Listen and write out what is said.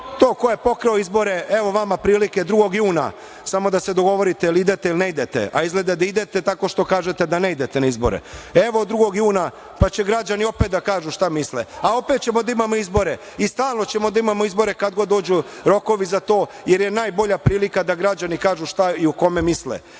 To ko je pokrao izbore, evo vama prilike 2. juna, samo da se dogovorite jel idete ili ne idete, a izgleda da idete, tako što kažete da ne idete na izbore. Evo, 2. juna, pa će građani opet da kažu šta misle. A opet ćemo da imamo izbore i stalno ćemo da imamo izbore, kad god dođu rokovi za to, jer je najbolja prilika da građani kažu šta i o kome misle.